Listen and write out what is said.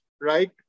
right